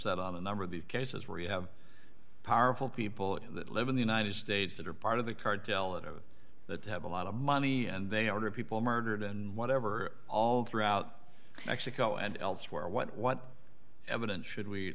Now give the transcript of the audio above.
that on a number of these cases where you have powerful people that live in the united states that are part of the card till it or that they have a lot of money and they ordered people murdered and whatever all throughout mexico and elsewhere what what evidence should we